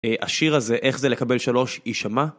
השיר הזה, איך זה לקבל שלוש, יישמע.